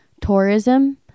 tourism